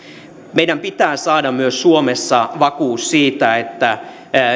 meidän pitää saada myös suomessa vakuus siitä että